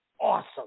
awesome